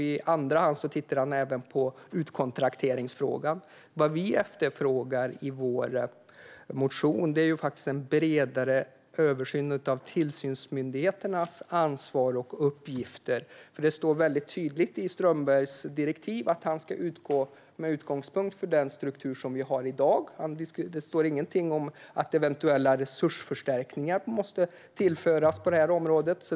I andra hand tittar man på utkontrakteringsfrågan. Vad vi efterfrågar i vår motion är faktiskt en bredare översyn av tillsynsmyndigheternas ansvar och uppgifter. Det står väldigt tydligt i Strömbergs direktiv att han ska utgå från den struktur som vi har i dag. Det står ingenting om att eventuella resursförstärkningar måste ske på detta område.